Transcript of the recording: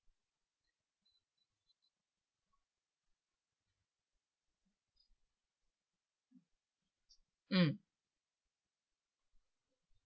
mm